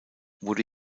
wurde